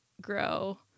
grow